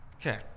Okay